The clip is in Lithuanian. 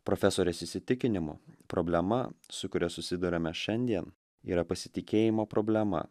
profesorės įsitikinimu problema su kuria susiduriame šiandien yra pasitikėjimo problema